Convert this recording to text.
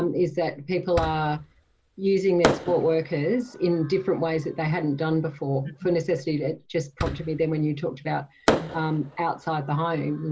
um is that people are ah using this support workers in different ways that they hadn't done before. for necessity that just prompted me then when you talked about outside the home, you know,